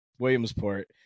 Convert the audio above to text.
Williamsport